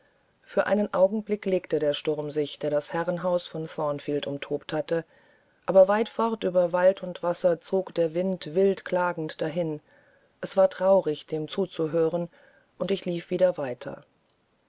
für einen augenblick legte der sturm sich der das herrenhaus von thornfield umtobt hatte aber weit fort über wald und wasser zog der wind wild klagend dahin es war traurig dem zuzuhören und ich lief wieder weiter